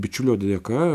bičiulio dėka